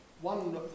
One